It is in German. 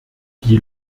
die